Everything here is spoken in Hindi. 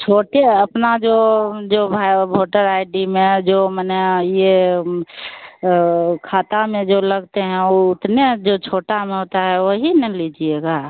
छोटे अपना जो जो भए व्होटर आई डी में जो मने ये खाता में जो लगते हैं वो उतने जो छोटा मोटा होता है वही ना लीजिएगा